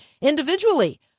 individually